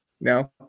No